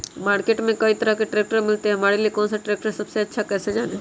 Market में कई तरह के ट्रैक्टर मिलते हैं हमारे लिए कौन सा ट्रैक्टर सबसे अच्छा है कैसे जाने?